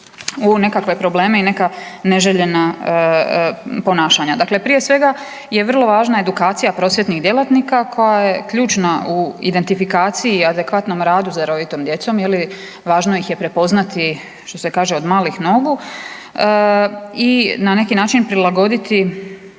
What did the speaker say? u nekakve probleme i neka neželjena ponašanja. Dakle, prije svega je važna edukacija prosvjetnih djelatnika koja je ključna u identifikaciji i adekvatnom radu sa darovitom djecom. Je li važno ih je prepoznati što se kaže od malih nogu i na neki način prilagoditi